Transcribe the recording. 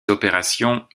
opérations